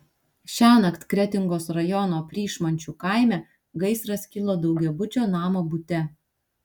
šiąnakt kretingos rajono pryšmančių kaime gaisras kilo daugiabučio namo bute